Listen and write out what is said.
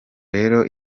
rero